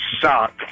suck